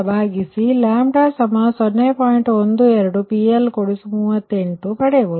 12 PL38 ಪಡೆಯಬಹುದು